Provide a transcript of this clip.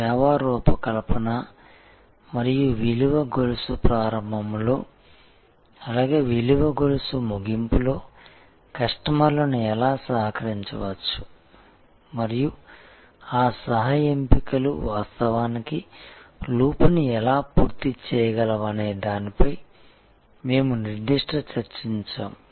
సేవా రూపకల్పన మరియు విలువ గొలుసు ప్రారంభంలో అలాగే విలువ గొలుసు ముగింపులో కస్టమర్లను ఎలా సహకరించవచ్చు మరియు ఆ సహ ఎంపికలు వాస్తవానికి లూప్ని ఎలా పూర్తి చేయగలవనే దానిపై మేము నిర్దిష్ట చర్చించాము